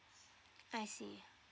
I see